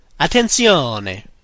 Attenzione